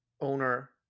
owner